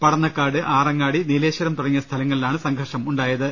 പടന്നക്കാട് ആറങ്ങാടി നീലേശ്വരം തുടങ്ങിയ സ്ഥലങ്ങളിലാണ് സംഘർഷമുണ്ടായത്